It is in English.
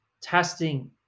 testing